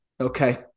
Okay